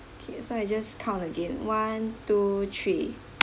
okay so I just count again one two three